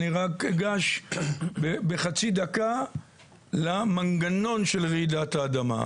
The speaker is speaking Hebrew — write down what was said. זאת, אני רק אגש בחצי דקה למנגנון של רעידת האדמה.